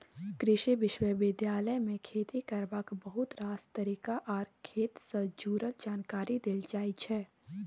कृषि विश्वविद्यालय मे खेती करबाक बहुत रास तरीका आर खेत सँ जुरल जानकारी देल जाइ छै